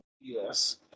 Yes